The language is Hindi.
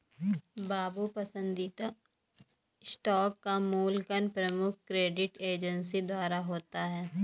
बाबू पसंदीदा स्टॉक का मूल्यांकन प्रमुख क्रेडिट एजेंसी द्वारा होता है